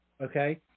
Okay